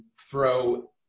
throw